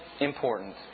important